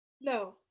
no